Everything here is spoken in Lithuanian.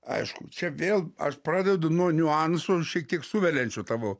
aišku čia vėl aš pradedu nuo niuansų šiek tiek suveliančių tavo